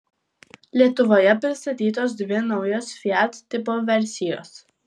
lietuvoje pristatytos dvi naujos fiat tipo versijos